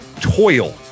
toil